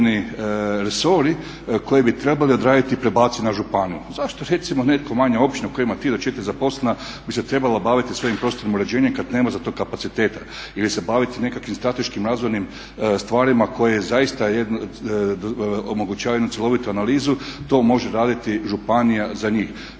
njima određeni resori koji bi trebali odraditi prebace na županiju. Zašto recimo neka manja općina koja ima tri do četiri zaposlena bi se trebala baviti svojim prostornim uređenjem kad nema za to kapaciteta? Ili se baviti nekakvim strateškim razvojnim stvarima koje zaista omogućavaju jedno cjelovitu analizu? To može raditi županija za njih.